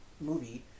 movie